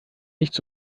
nichts